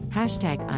Hashtag